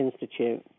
Institute